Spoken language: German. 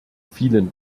vielen